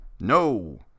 No